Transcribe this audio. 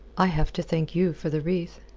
i have to thank you for the wreath.